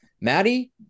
maddie